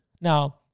Now